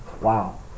Wow